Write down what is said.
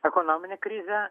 ekonominę krizę